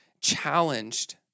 challenged